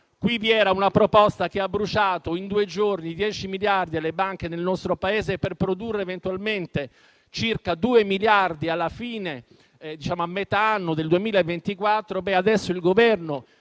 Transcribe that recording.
vi era una proposta che ha bruciato in due giorni 10 miliardi alle banche del nostro Paese per produrre eventualmente circa 2 miliardi a metà anno del 2024. Adesso il Governo,